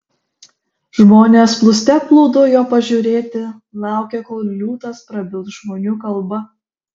žmonės plūste plūdo jo pažiūrėti laukė kol liūtas prabils žmonių kalba